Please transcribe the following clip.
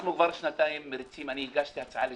אנחנו כבר שנתיים מריצים, הגשתי הצעה לסדר.